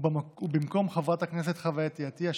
ובמקום חברת הכנסת חברתי עטייה,